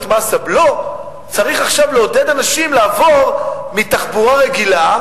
מס הבלו הוא צריך עכשיו לעודד אנשים לעבור מתחבורה רגילה,